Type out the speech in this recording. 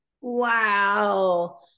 Wow